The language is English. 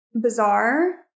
bizarre